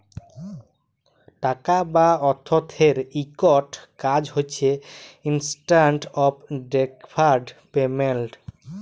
টাকা বা অথ্থের ইকট কাজ হছে ইস্ট্যান্ডার্ড অফ ডেফার্ড পেমেল্ট